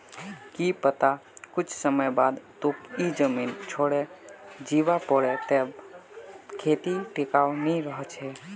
की पता कुछ समय बाद तोक ई जमीन छोडे जीवा पोरे तब खेती टिकाऊ नी रह छे